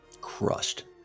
crushed